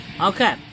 Okay